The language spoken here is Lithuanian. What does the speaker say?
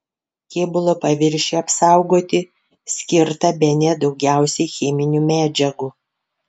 kėbulo paviršiui apsaugoti skirta bene daugiausiai cheminių medžiagų